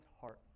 heart